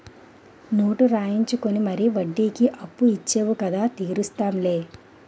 note రాయించుకుని మరీ వడ్డీకి అప్పు ఇచ్చేవు కదా తీరుస్తాం లే